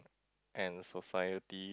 and society